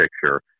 picture